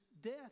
death